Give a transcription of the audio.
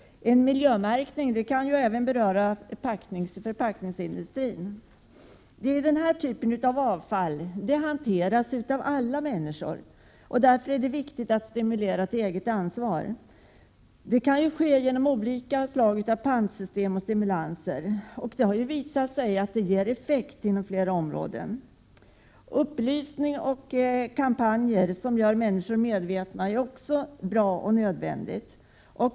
Miljömärkning kan även beröra förpackningsindustrin. Denna typ av avfall hanteras av alla människor. Därför är det viktigt att stimulera till eget ansvar — t.ex. genom olika pantsystem och stimulanser. Det har visat sig ge effekt inom flera områden. Upplysning och kampanjer som gör människor medvetna är bra och även nödvändiga.